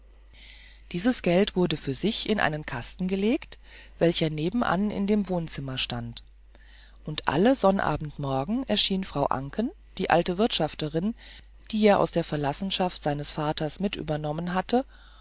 dieses geld wurde für sich in einen kasten gelegt welcher nebenan in dem wohnzimmer stand und alle sonnabendmorgen erschien frau anken die alte wirtschafterin die er aus der verlassenschaft seines vaters mit übernommen hatte